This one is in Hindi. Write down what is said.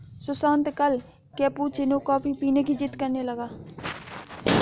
सुशांत कल कैपुचिनो कॉफी पीने की जिद्द करने लगा